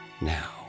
Now